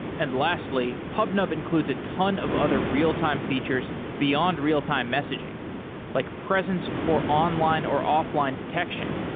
and lastly, pubnub includes a ton of other real-time features beyond real-time messaging like presence for online or offline detection,